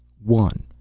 one,